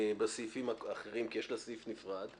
בסעיפים האחרים כי יש לה סעיף נפרד,